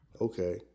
okay